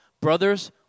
Brothers